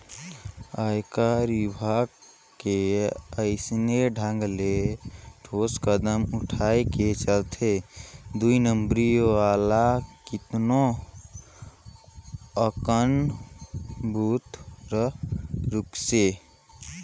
आयकर विभाग के अइसने ढंग ले ठोस कदम उठाय के चलते दुई नंबरी वाला केतनो अकन बूता हर रूकिसे